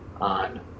on